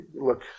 look